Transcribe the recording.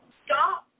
stop